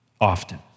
often